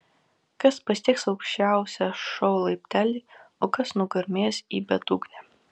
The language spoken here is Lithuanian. kas pasieks aukščiausią šou laiptelį o kas nugarmės į bedugnę